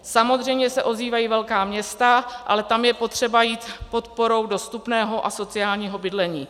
Samozřejmě se ozývají velká města, ale tam je potřeba jít podporou dostupného a sociálního bydlení.